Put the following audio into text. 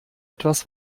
etwas